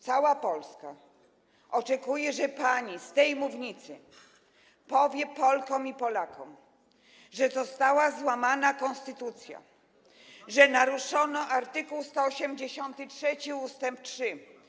Cała Polska oczekuje, że pani z tej mównicy powie Polkom i Polakom, że została złamana konstytucja, że naruszono art. 183 ust. 3.